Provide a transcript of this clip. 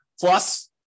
plus